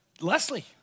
Leslie